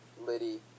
Liddy